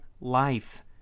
life